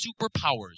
superpowers